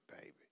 baby